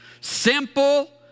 simple